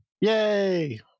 Yay